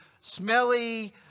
smelly